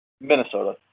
Minnesota